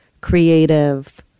creative